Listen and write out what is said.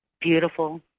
beautiful